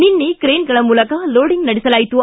ನಿನ್ನೆ ತ್ರೇನ್ಗಳ ಮೂಲಕ ಲೋಡಿಂಗ್ ನಡೆಸಲಾಯಿತು